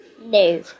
No